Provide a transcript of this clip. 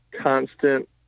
constant